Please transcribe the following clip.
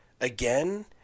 again